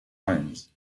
lines